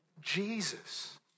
Jesus